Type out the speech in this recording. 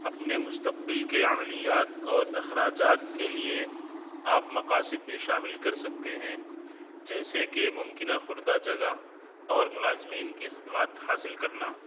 اپنے مستقبل کے عملیات اور اخراجات کے لیے آپ مقاصد بھی شامل کر سکتے ہیں جیسے کہ ممکنہ خوردہ جگہ اور ملازمین کی خدمات حاصل کرنا